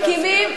יש להם?